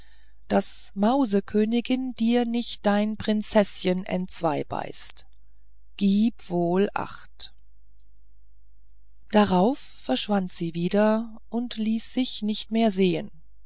daß mausekönigin dir nicht dein prinzeßchen entzwei beißt gib wohl acht darauf verschwand sie wieder und ließ sich nicht mehr sehen